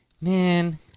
man